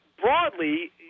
Broadly